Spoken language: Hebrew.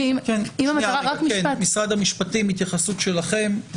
משרד המשפטים, התייחסות שלכם.